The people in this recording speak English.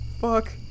fuck